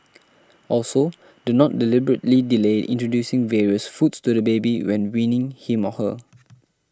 also do not deliberately delay introducing various foods to the baby when weaning him or her